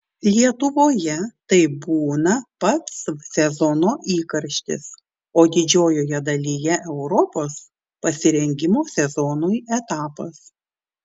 lietuvoje tai būna pats sezono įkarštis o didžiojoje dalyje europos pasirengimo sezonui etapas